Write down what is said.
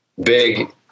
big